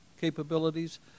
capabilities